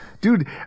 Dude